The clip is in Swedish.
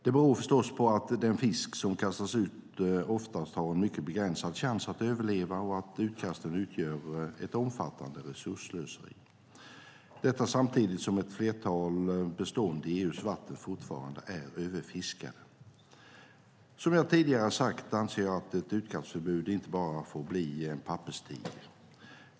Det beror förstås på att den fisk som kastas ut oftast har en mycket begränsad chans att överleva och att utkasten utgör ett omfattande resursslöseri - detta samtidigt som ett flertal bestånd i EU:s vatten fortfarande är överfiskade. Som jag tidigare har sagt anser jag att ett utkastförbud inte bara får bli en papperstiger.